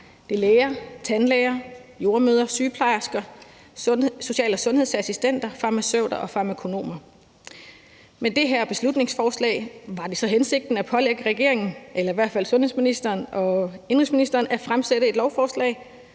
adgang: læger, tandlæger, jordemødre, sygeplejersker, social- og sundhedsassistenter, farmaceuter og farmakonomer. Med det her beslutningsforslag var det så hensigten at pålægge regeringen, eller i hvert fald indenrigs- og sundhedsministeren, at fremsætte et lovforslag,